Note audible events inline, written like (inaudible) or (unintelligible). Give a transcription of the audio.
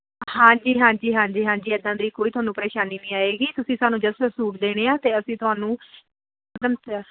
ਹਾਂਜੀ ਹਾਂਜੀ ਹਾਂਜੀ ਹਾਂਜੀ ਇੱਦਾਂ ਦੀ ਕੋਈ ਤੁਹਾਨੂੰ ਪਰੇਸ਼ਾਨੀ ਨਹੀਂ ਆਏਗੀ ਤੁਸੀਂ ਸਾਨੂੰ ਜਸਟ ਸੂਟ ਦੇਣੇ ਆ ਅਤੇ ਅਸੀਂ ਤੁਹਾਨੂੰ (unintelligible)